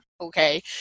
Okay